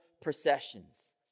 processions